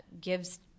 gives